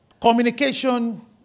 Communication